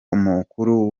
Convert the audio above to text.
umukuru